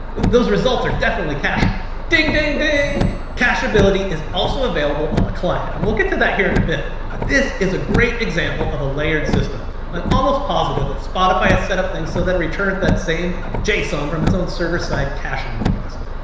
those results are definitely cacheable. ding, ding, ding, casheability is also available on the client, and we'll get to that here in a bit, but this is a great example of a layered system. i'm almost positive that spotify has set up things so that returns that same json from its own server side caching mechanism.